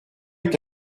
est